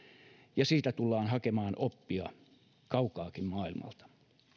ja siitä tullaan hakemaan oppia kaukaakin maailmalta